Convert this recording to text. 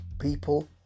people